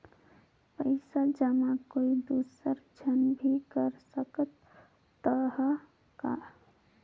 पइसा जमा कोई दुसर झन भी कर सकत त ह का?